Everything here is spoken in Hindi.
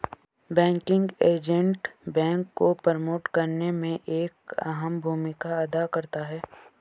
बैंकिंग एजेंट बैंक को प्रमोट करने में एक अहम भूमिका अदा करता है